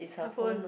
her phone